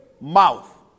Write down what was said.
mouth